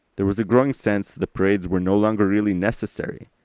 there was a growing sense that the parades were no longer really necessary.